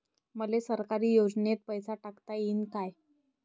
मले सरकारी योजतेन पैसा टाकता येईन काय?